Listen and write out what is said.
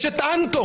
יש את אנטון.